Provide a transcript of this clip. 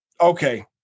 okay